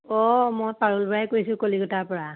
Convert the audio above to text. অ মই পাৰুলবাই কৈছোঁ কলিকতাৰ পৰা